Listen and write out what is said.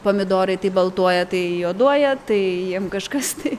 pomidorai tai baltuoja tai juoduoja tai jiem kažkas tai